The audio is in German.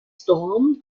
storm